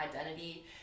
identity